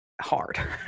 hard